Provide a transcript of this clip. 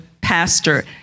pastor